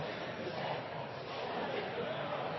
settes